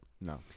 No